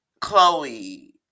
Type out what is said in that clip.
Chloe